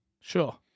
Sure